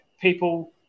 people